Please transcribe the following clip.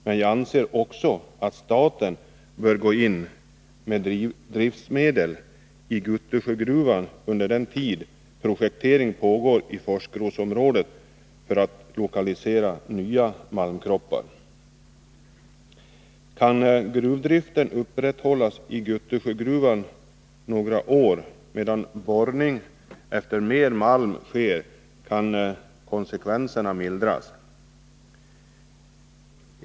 Men jag anser att också staten bör gå in med driftsmedel i Guttusjögruvan under den tid projektering pågår i Foskrosområdet, som syftar till att lokalisera nya malmkroppar. Kan gruvdriften upprätthållas i Guttusjögruvan ytterligare några år medan borrning efter mera malm sker, kan konsekvenserna mildras.